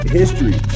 history